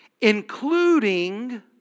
Including